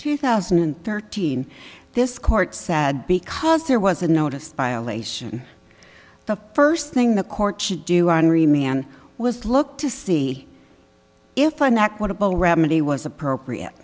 two thousand and thirteen this court said because there was a noticed violation the first thing the court should do on re man was look to see if an equitable remedy was appropriate